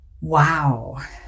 wow